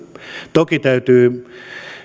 toki täytyy